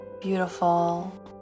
beautiful